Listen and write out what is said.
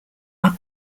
are